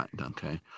okay